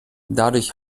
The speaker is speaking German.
dadurch